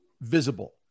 visible